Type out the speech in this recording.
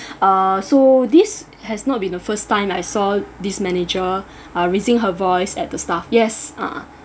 uh so this has not been the first time I saw this manager uh raising her voice at the staff yes uh